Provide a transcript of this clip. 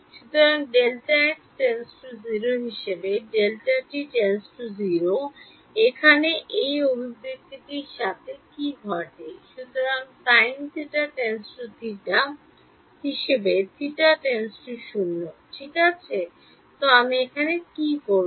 সুতরাং Δx → 0 হিসাবে Δt → 0 এখানে এই অভিব্যক্তিটির সাথে কী ঘটে সুতরাং sinθ → θ হিসাবে θ → 0 ঠিক আছে তো আমি এখানে কী করব